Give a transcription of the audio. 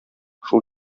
шул